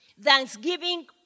Thanksgiving